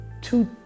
two